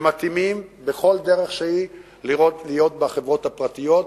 שמתאימים בכל דרך שהיא להיות בחברות הפרטיות,